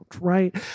right